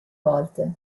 volte